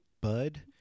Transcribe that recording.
bud